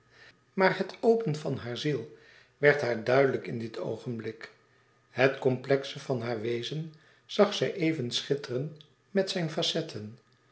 maar het open van hare ziel werd haar duidelijk in dit oogenblik e ids aargang et complexe van haar wezen zag zij even schitteren met zijn facetten